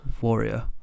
Warrior